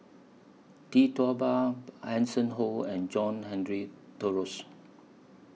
Tee Tua Ba Hanson Ho and John Henry Duclos